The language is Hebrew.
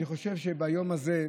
אני חושב שביום הזה,